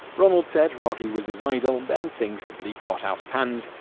ronald said rocky was his idol and things simply got out of hand.